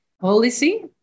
policy